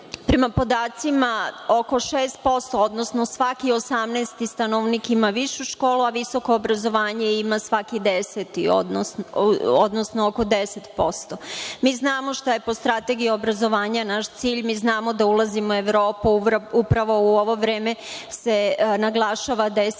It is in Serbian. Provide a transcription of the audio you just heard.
Prema podacima, oko 6% odnosno svaki 18 stanovnik ima višu školu, a visoko obrazovanje ima oko 10%.Mi znamo šta je po Strategiji obrazovanja naš cilj, znamo da ulazimo u Evropu, da se upravo u ovo vreme naglašava da